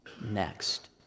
next